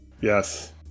yes